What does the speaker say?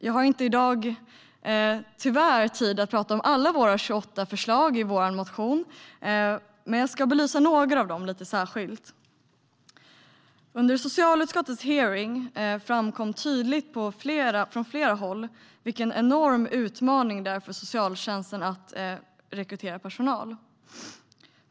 Jag har i dag tyvärr inte tid att prata om alla av våra 28 förslag i vår motion, men jag ska belysa några av dem lite särskilt. Under socialutskottets hearing framkom tydligt från flera håll vilken enorm utmaning det är för socialtjänsten att rekrytera personal.